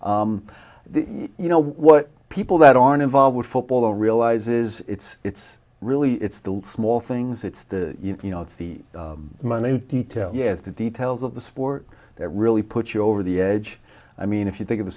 you know what people that aren't involved with football realizes it's it's really it's the small things it's the you know it's the minute detail yet the details of the sport that really put you over the edge i mean if you think of the